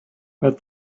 but